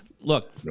Look